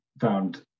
found